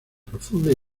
profunda